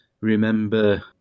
Remember